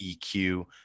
EQ